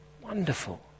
Wonderful